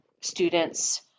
students